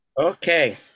Okay